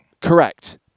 Correct